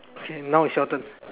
okay now is your turn